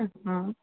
ହଁ